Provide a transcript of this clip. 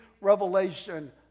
revelation